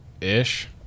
ish